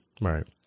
Right